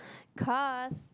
because